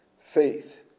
Faith